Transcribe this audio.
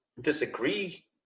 disagree